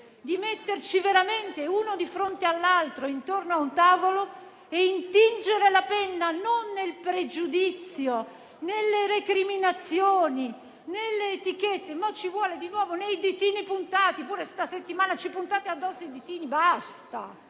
di metterci veramente uno di fronte all'altro intorno a un tavolo e intingere la penna non nel pregiudizio, nelle recriminazioni, nelle etichette, nei ditini puntati - anche questa settimana ci puntate addosso i ditini, basta!